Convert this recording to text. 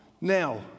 Now